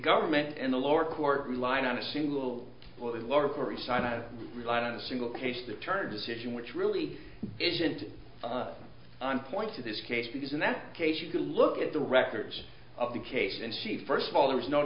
government and the lower court relied on a single lot of to resign and relied on a single case the turn decision which really isn't on point to this case because in that case you could look at the records of the case and she first of all there's no